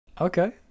okay